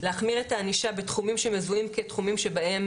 להחמיר את הענישה בתחומים שמזוהים כתחומים שבהם